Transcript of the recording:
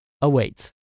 awaits